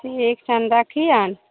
ठीक छनि रखियनि